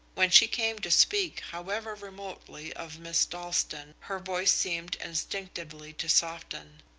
when she came to speak, however remotely, of miss dalstan, her voice seemed instinctively to soften.